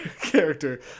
character